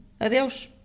Adeus